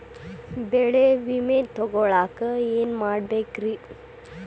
ಬೆಳೆ ವಿಮೆ ತಗೊಳಾಕ ಏನ್ ಮಾಡಬೇಕ್ರೇ?